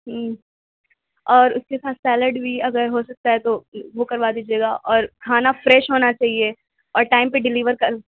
ہوں اور اس کے ساتھ سیلیڈ بھی اگر ہو سکتا ہے تو وہ کروا دیجئے گا اور کھانا فریش ہونا چاہیے اور ٹائم پہ ڈلیور کر